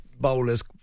bowlers